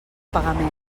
pagament